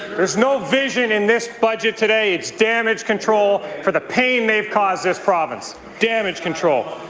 there is no vision in this budget today. it's damage control for the pain they've caused this province. damage control.